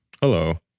Hello